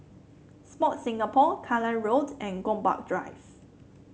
Sport Singapore Kallang Road and Gombak Drive